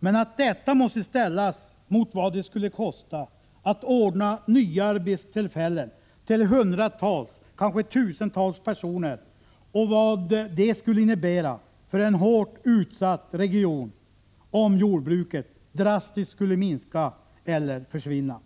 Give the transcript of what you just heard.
men att detta måste ställas mot vad det skulle kosta att ordna nya arbetstillfällen till hundratals, kanske tusentals, personer och vad det skulle innebära för en hårt utsatt region om jordbruket drastiskt skulle minska eller försvinna.